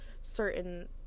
certain